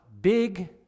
big